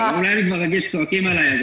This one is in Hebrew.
אז אולי אני כבר רגיל שצועקים עליי.